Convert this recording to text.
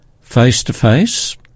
Face-to-face